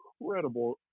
incredible